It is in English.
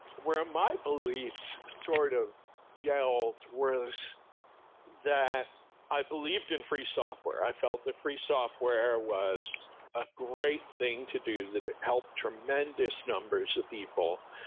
where my beliefs sort of gel was that i believed in free software. i felt the free software was a great thing to do that it helped tremendous numbers of people,